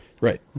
right